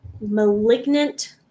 malignant